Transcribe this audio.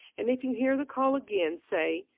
and if you hear the call again, say,